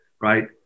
right